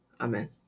Amen